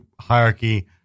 hierarchy